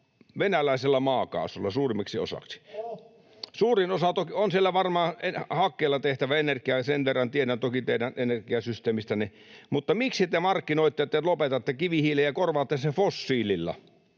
venäläisellä maakaasulla suurimmaksi osaksi. [Tuomas Kettunen: Ohhoh!] On siellä varmaan hakkeella tehtävää energiaa, sen verran tiedän toki teidän energiasysteemistänne, mutta miksi te markkinoitte, että te lopetatte kivihiilen, kun korvaatte sen fossiililla?